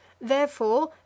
Therefore